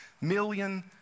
million